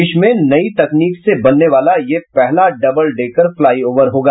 देश में नई तकनीक से बनने वाला यह पहला डबल डेकर फ्लाई ओवर होगा